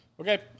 Okay